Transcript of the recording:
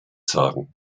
sagen